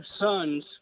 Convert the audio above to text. son's